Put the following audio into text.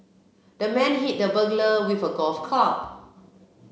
the man hit the burglar with a golf club